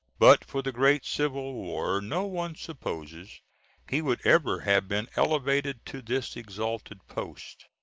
but for the great civil war no one supposes he would ever have been elevated to this exalted post.